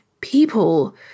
people